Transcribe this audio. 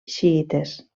xiïtes